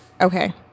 Okay